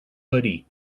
hoodie